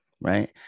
right